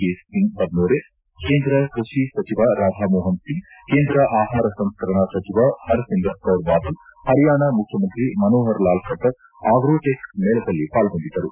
P Singh Badnore ಕೇಂದ್ರ ಕೃಷಿ ಸಚಿವ ರಾಧಾ ಮೋಹನ್ ಸಿಂಗ್ ಕೇಂದ್ರ ಆಹಾರ ಸಂಸ್ಕರಣಾ ಸಚಿವ ಹರ್ಸಿವುತ್ ಕೌರ್ ಬಾದಲ್ ಹರಿಯಾಣ ಮುಖ್ಯಮಂತ್ರಿ ಮನೋಹರ್ ಲಾಲ್ ಖಟ್ಟರ್ ಅಗೋ ಟೆಕ್ ಮೇಳದಲ್ಲಿ ಪಾರ್ಗೊಂಡಿದ್ದರು